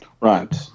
Right